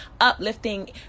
uplifting